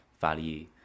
value